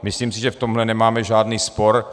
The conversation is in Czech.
Myslím si, že v tomhle nemáme žádný spor.